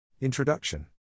Introduction